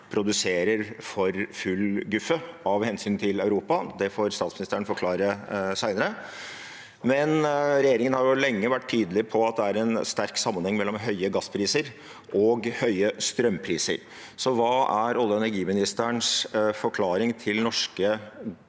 produserer for full guffe av hensyn til Europa – det får statsministeren forklare senere. Regjeringen har imidlertid lenge vært tydelig på at det er en sterk sammenheng mellom høye gasspriser og høye strømpriser. Hva er olje- og energiministerens forklaring til norske